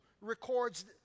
records